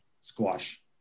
squash